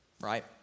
right